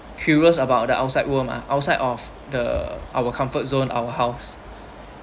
curious about the outside world mah outside of the our comfort zone our house